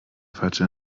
falsche